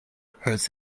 hurts